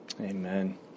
amen